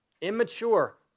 immature